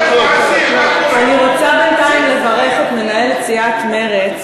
אני רוצה בינתיים לברך את מנהלת סיעת מרצ,